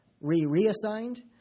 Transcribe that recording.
re-reassigned